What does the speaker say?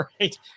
right